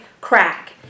crack